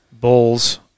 bulls